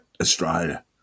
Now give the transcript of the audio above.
Australia